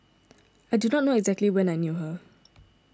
I do not know exactly when I knew her